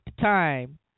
time